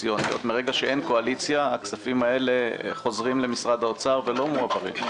מרגע שאין קואליציה הכספים המדוברים חוזרים למשרד האוצר ולא מועברים.